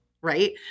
right